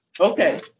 Okay